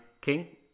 King